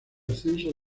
ascenso